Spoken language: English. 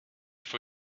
for